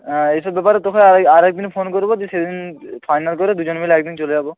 অ্যাঁ এই সব ব্যাপারে তোকে আই আর একদিন ফোন করবো দিয়ে সেদিন ফাইনাল করে দুজন মিলে একদিন চলে যাবো